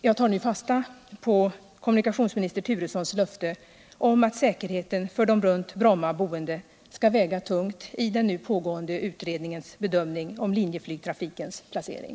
Jag tar nu fasta på kommunikationsminister Turessons löfte att säkerheten för de runt Bromma boende skall väga tungt i den nu pågående utredningens bedömning om linjeflygtrafikens placering.